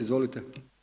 Izvolite.